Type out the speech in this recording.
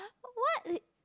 what